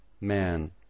Man